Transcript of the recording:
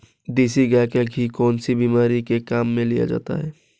देसी गाय का घी कौनसी बीमारी में काम में लिया जाता है?